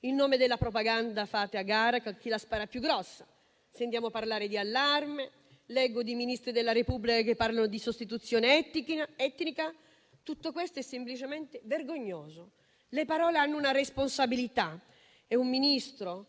in nome della propaganda, fate a gara con chi la spara più grossa. Sentiamo parlare di allarme, leggo di Ministri della Repubblica che parlano di sostituzione etnica. Tutto questo è semplicemente vergognoso. Le parole hanno una responsabilità e un Ministro